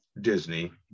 Disney